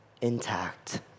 intact